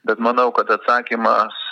bet manau kad atsakymas